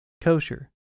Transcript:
kosher